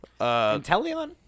Inteleon